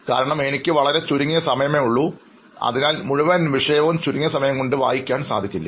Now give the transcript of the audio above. കാരണം എനിക്ക് വളരെ ചുരുങ്ങിയ സമയമേ ഉള്ളൂ അതിനാൽ മുഴുവൻ വിഷയവും ചുരുങ്ങിയ സമയം കൊണ്ട് വായിക്കാൻ കഴിയില്ല